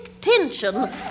tension